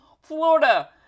Florida